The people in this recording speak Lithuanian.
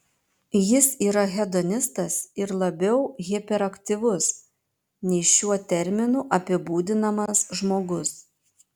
jis yra hedonistas ir labiau hiperaktyvus nei šiuo terminu apibūdinamas žmogus